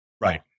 Right